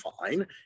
fine